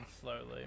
slowly